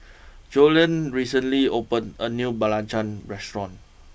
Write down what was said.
Joellen recently opened a new Belacan restaurant